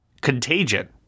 Contagion